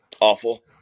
Awful